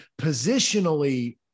positionally